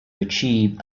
achieve